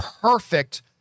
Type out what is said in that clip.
perfect